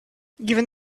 given